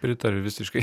pritariu visiškai